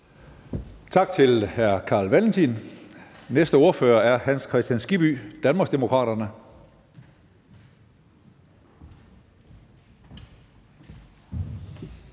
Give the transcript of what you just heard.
Tak til hr. Carl Valentin. Næste ordfører er hr. Hans Kristian Skibby, Danmarksdemokraterne.